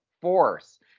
force